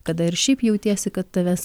kada ir šiaip jautiesi kad tavęs